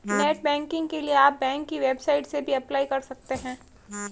net banking के लिए आप बैंक की वेबसाइट से भी अप्लाई कर सकते है